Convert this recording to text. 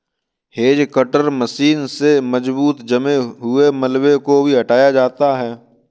hedge cutter machine से मजबूत जमे हुए मलबे को भी हटाया जाता है